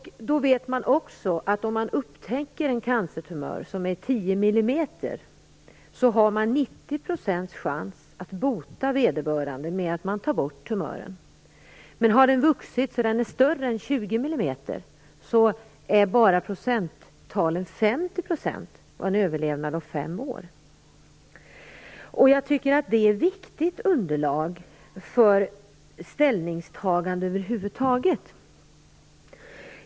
Man vet också att om en cancertumörer som är 10 mm upptäcks, är chansen 90 % för att vederbörande botas genom att tumören tas bort. Men om den har vuxit till en storlek som är större än 20 mm är procenttalet bara 50 % och chansen till överlevnad fem år. Detta är ett viktigt underlag för ställningstaganden över huvud taget.